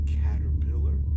caterpillar